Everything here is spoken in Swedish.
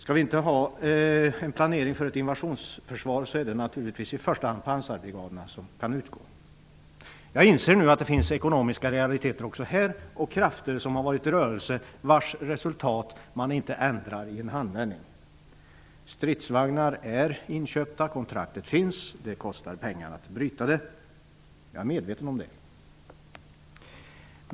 Om vi inte skall ha en planering för ett invasionsförsvar är det naturligtvis i första hand pansarbrigaderna som kan utgå. Jag inser nu att det finns ekonomiska realiteter också här. Det finns krafter som varit i rörelse vars resultat man inte ändrar i en handvändning. Stridsvagnar är inköpta. Kontraktet finns, och det kostar pengar att bryta det. Jag är medveten om det.